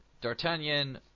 d'artagnan